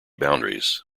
boundaries